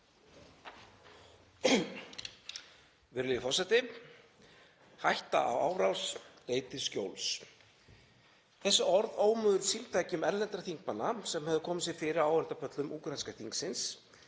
Virðulegi forseti. Hætta á árás. Leitið skjóls. Þessi orð ómuðu úr símtækjum erlendra þingmanna sem höfðu komið sér fyrir á áheyrendapöllum úkraínska þingsins